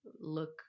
look